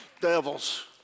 devils